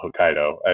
Hokkaido